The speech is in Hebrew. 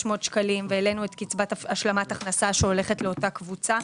שקלים והעלינו את קצבת השלמת הכנסה שהולכת לאותה קבוצה.